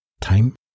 Time